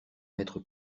maître